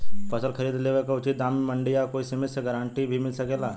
फसल खरीद लेवे क उचित दाम में मंडी या कोई समिति से गारंटी भी मिल सकेला?